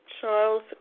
Charles